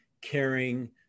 caring